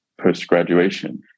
post-graduation